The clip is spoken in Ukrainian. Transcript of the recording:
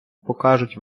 покажуть